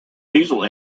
diesel